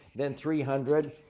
then three hundred.